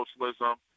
socialism